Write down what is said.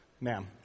Ma'am